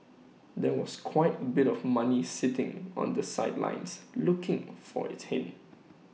there was quite A bit of money sitting on the sidelines looking for its hint